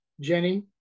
Jenny